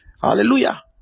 Hallelujah